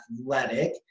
athletic